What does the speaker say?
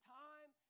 time